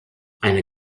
eine